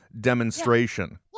demonstration